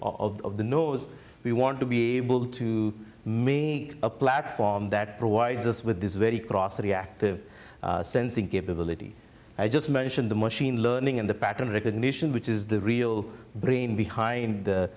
the of the nose we want to be able to me a platform that provides us with this very cross reactive sense and give the ability i just mentioned the machine learning and the pattern recognition which is the real brain behind the